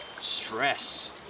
stressed